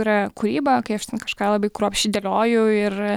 yra kūryba kai aš kažką labai kruopščiai dėlioju ir